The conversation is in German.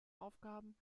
aufgaben